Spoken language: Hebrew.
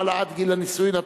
העלאת גיל הנישואין),